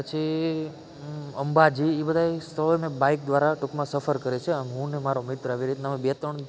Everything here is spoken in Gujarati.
પછી અંબાજી એ બધાંય સ્થળો મેં બાઇક દ્વારા ટુંકમાં સફર કરી છે હું ને મારો મિત્ર એવી રીતના અમે બે ત્રણ